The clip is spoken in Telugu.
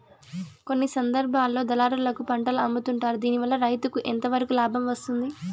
కొన్ని సందర్భాల్లో దళారులకు పంటలు అమ్ముతుంటారు దీనివల్ల రైతుకు ఎంతవరకు లాభం వస్తుంది?